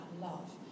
love